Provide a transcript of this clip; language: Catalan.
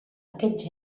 aquests